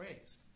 raised